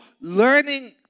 learning